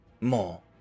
more